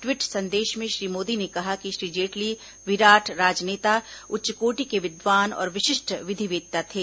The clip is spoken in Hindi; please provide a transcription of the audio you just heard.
टवीट संदेश में श्री मोदी ने कहा कि श्री जेटली विराट राजनेता उच्च कोटि के विद्वान और विशिष्ट विधिवेत्ता थे